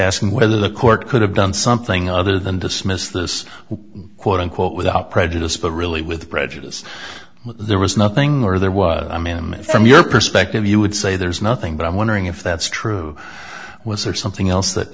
asking whether the court could have done something other than dismiss this quote unquote without prejudice but really with prejudice but there was nothing there there was i mean from your perspective you would say there's nothing but i'm wondering if that's true was there something else that